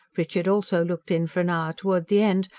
richard also looked in for an hour towards the end,